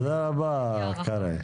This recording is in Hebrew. תודה רבה, קרעי.